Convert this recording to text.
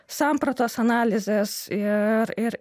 sampratos analizės ir ir